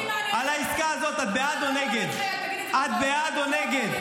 אותי מעניין --- על העסקה הזאת, את בעד או נגד?